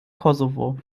kosovo